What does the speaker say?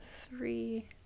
three